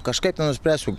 kažkaip tai nuspręsiu